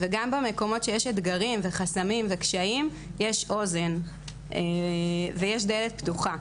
וגם במקומות שיש אתגרים וחסמים וקשיים- יש אוזן ויש דלת פתוחה.